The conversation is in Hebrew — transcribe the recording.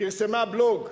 פרסמה בלוג,